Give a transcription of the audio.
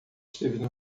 esteve